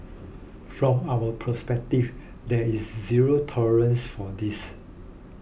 from our perspective there is zero tolerance for this